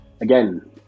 again